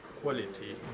quality